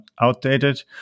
outdated